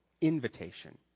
invitation